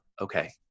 okay